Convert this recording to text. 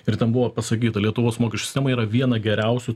ir ten buvo pasakyta lietuvos mokesčių sistema yra viena geriausių